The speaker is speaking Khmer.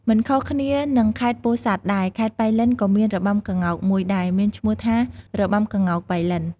មិនខុសគ្នានឹងខេត្តពោធិ៍សាត់ដែរ ខេត្តប៉ៃលិនក៏មានរបាំក្ងោកមួយដែរ មានឈ្មោះថារបាំក្ងោកប៉ៃលិន។